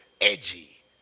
edgy